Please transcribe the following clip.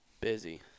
Busy